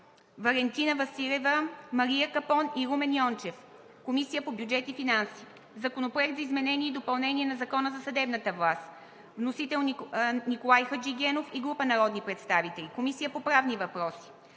Валентина Василева, Мария Капон и Румен Йончев. Водеща е Комисията по бюджет и финанси. Законопроект за изменение и допълнение на Закона за съдебната власт. Вносители – Николай Хаджигенов и група народни представители. Водеща е Комисията по правни въпроси.